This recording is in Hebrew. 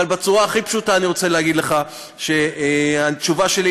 אבל בצורה הכי פשוטה אני רוצה להגיד לך את התשובה שלי